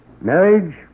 Marriage